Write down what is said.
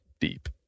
deep